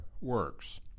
works